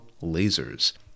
lasers